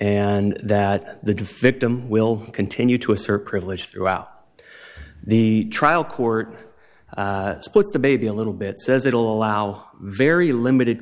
and that the to fit him will continue to assert privilege throughout the trial court split the baby a little bit says it will allow very limited